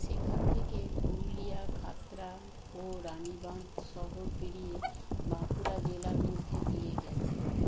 সেখান থেকে পুরুলিয়া খাতরা ও রানীবাঁধ শহর পেরিয়ে বাঁকুড়া জেলার মধ্যে দিয়ে গেছে